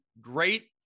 great